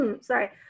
Sorry